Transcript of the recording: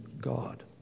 God